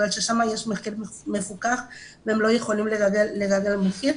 ששם יש מחיר מפוקח והם לא יכולים לגלגל מחיר,